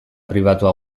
pribatua